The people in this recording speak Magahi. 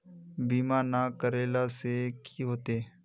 बीमा ना करेला से की होते?